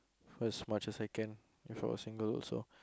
first much as I can If I was single also